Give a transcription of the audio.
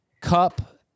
Cup